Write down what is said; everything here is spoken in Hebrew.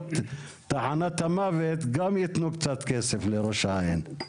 באמצעות תחנת המוות גם ייתנו קצת כסף לראש העין.